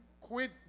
quit